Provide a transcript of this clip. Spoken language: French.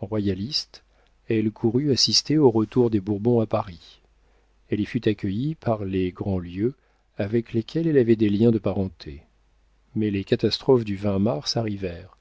royaliste elle courut assister au retour des bourbons à paris elle y fut accueillie par les grandlieu avec lesquels elle avait des liens de parenté mais les catastrophes du vingt mars arrivèrent